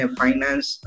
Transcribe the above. finance